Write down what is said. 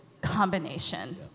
combination